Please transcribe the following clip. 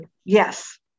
Yes